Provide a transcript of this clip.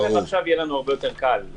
ועכשיו ללא ספק יהיה לנו הרבה יותר קל.